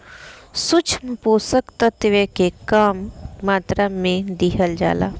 सूक्ष्म पोषक तत्व के कम मात्रा में दिहल जाला